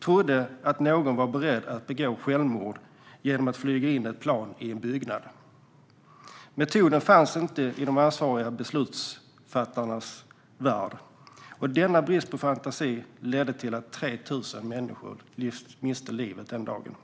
trodde att någon var beredd att begå självmord genom att flyga in ett plan i en byggnad. Metoden fanns inte i de ansvariga beslutsfattarnas föreställningsvärld. Denna brist på fantasi ledde till att 3 000 människor miste livet den dagen.